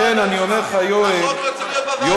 החוק לא צריך להיות בוועדה שלך, תסתכל בתקנון.